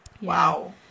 Wow